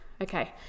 Okay